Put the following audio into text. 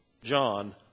John